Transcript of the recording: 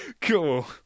Cool